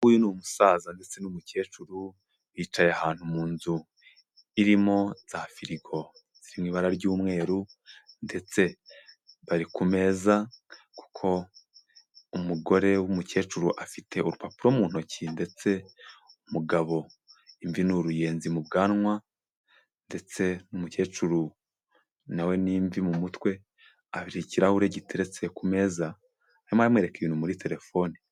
Uyu ni umusaza ndetse n'umukecuru bicaye ahantu mu nzu irimo za firigo ziri mu ibara ry'umweru, ndetse bari ku meza kuko umugore w'umukecuru afite urupapuro mu ntoki, ndetse umugabo imvi ni uruyenzi mu bwanwa, ndetse n'umukecuru na we ni imvi mu mutwe, hari ikirahure giteretse ku meza, arimo aramwereka ibintu muri terefone.